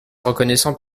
reconnaissant